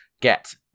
get